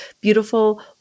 beautiful